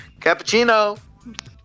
Cappuccino